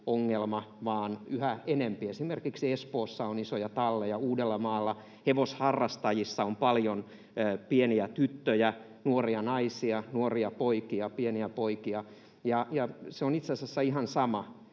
ongelma, vaan yhä enempi esimerkiksi Espoossa on isoja talleja, Uudellamaalla, hevosharrastajissa on paljon pieniä tyttöjä, nuoria naisia, nuoria poikia, pieniä poikia, ja se on itse asiassa ihan sama,